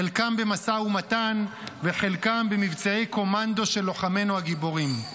חלקם במשא ומתן וחלקם במבצעי קומנדו של לוחמינו הגיבורים.